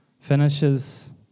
finishes